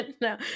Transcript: No